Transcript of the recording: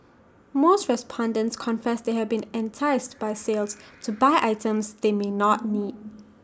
most respondents confess they have been enticed by sales to buy items they may not need